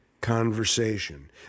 conversation